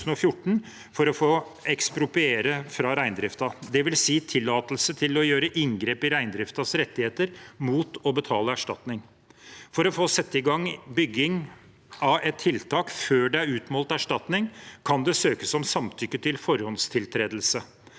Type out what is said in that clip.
for å få ekspropriere fra reindriften, dvs. tillatelse til å gjøre inngrep i reindriftens rettigheter mot å betale erstatning. For å få sette i gang bygging av et tiltak før det er utmålt erstatning, kan det søkes om samtykke til forhåndstiltredelse.